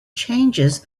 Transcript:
changes